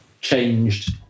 changed